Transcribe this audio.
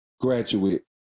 graduate